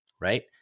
right